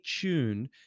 tuned